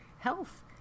health